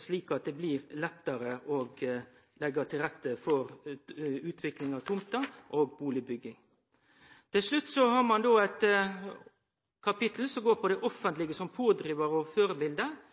slik at det blir lettare å leggje til rette for utvikling av tomter og bustadbygging. Til slutt til kapittelet som går på det offentlege som pådrivar og